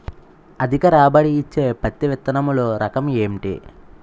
అధిక రాబడి ఇచ్చే పత్తి విత్తనములు రకం ఏంటి?